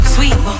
Sweet